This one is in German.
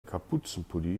kapuzenpulli